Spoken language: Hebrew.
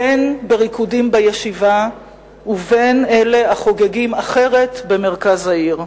בין אלה החוגגים בריקודים בישיבה ובין אלה החוגגים אחרת במרכז העיר.